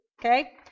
Okay